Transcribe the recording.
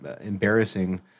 embarrassing